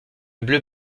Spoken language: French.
bleu